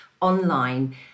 online